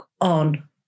on